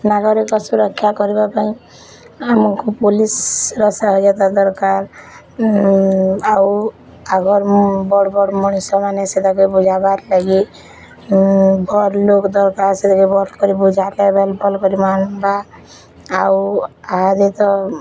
ନାଗରିକ ସୁରକ୍ଷା କରିବା ପାଇଁ ଆମକୁ ପୋଲିସର ସାହାଯ୍ୟତ ଦରକାର ଆଉ ଆଗର୍ ବଡ଼ ବଡ଼ ମଣିଷ ମାନେ ସେତାକେ ବୁଝାବାର୍ ଲାଗିର୍ ଭଲ୍ ଲୋକ ଦରକାର୍ ସେଟାକେ ଭଲ୍ କରି ବୁଝାତେ ବୋଲେ ଭଲ୍ କରି ମାନବା ଆଉ ଏହାଦେ ତ